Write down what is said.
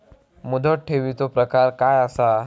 मुदत ठेवीचो प्रकार काय असा?